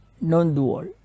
Non-dual